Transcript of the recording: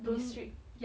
restrict